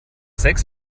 sechs